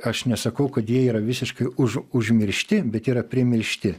aš nesakau kad jie yra visiškai už užmiršti bet jie yra primiršti